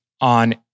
on